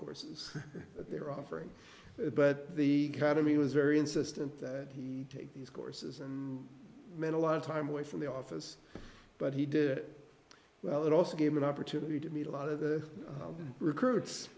courses they were offering but the cademy was very insistent that he take these courses and men a lot of time away from the office but he did it well it also gave an opportunity to meet a lot of the recruits